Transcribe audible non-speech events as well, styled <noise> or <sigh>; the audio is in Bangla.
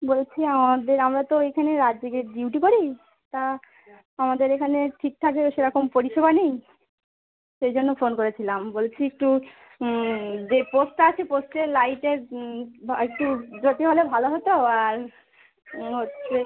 বলছি আমাদের আমরা তো এইখানে রাত জেগে ডিউটি করি তা আমাদের এখানে ঠিকঠাক <unintelligible> সেরকম পরিষেবা নেই সেই জন্য ফোন করেছিলাম বলছি একটু যে পোস্টটা আছে পোস্টের লাইটের বা টিউব জাতীয় হলে ভালো হতো আর হচ্ছে